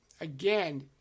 again